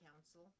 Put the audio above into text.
council